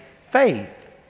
faith